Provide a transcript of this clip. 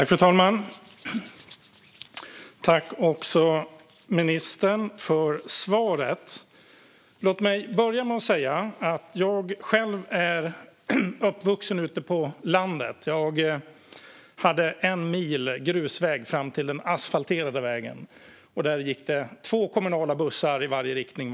Fru talman! Tack, ministern, för svaret! Låt mig börja med att säga att jag själv är uppvuxen ute på landet. Jag hade en mil grusväg fram till den asfalterade vägen, och där gick det varje dag två kommunala bussar i varje riktning.